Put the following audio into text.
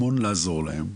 המון לעזור להם.